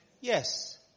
Yes